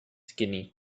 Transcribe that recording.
skinny